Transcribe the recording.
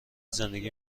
زندگی